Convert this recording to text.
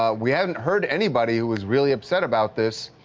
ah we haven't heard anybody who is really upset about this,